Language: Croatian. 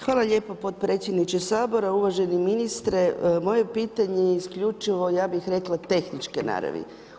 Hvala lijepo potpredsjedniče Sabora, uvaženi ministre, moje pitanje je isključivo, ja bih rekla, tehničke naravi.